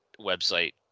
website